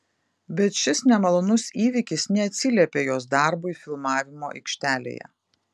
bet šis nemalonus įvykis neatsiliepė jos darbui filmavimo aikštelėje